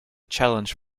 challenge